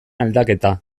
aldaketa